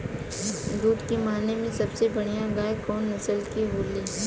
दुध के माने मे सबसे बढ़ियां गाय कवने नस्ल के होली?